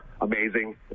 amazing